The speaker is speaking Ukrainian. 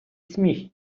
сміх